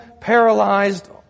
paralyzed